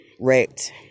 Wrecked